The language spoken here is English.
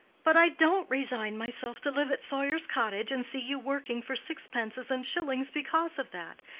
but i don't resign myself to live at sawyer's cottage and see you working for sixpences and shillings because of that.